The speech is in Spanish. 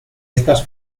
estas